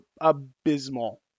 abysmal